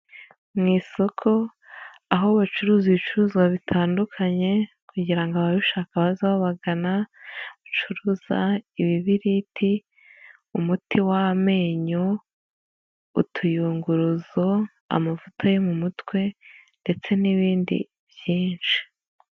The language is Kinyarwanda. Mu isoko aho bacuruza ibicuruzwa bitandukanye, kugira ngo ababishaka baza babagana, bacuruza ibibiriti, umuti w'amenyo, utuyunguruzo, amavuta yo mu mutwe ndetse n'ibindi byinshi.